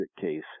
case